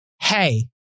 hey